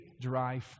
dry